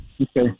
Okay